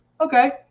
Okay